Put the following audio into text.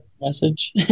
Message